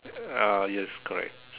ah yes correct